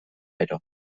gero